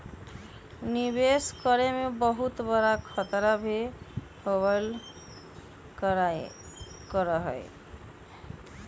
निवेश करे में बहुत बडा खतरा भी होबल करा हई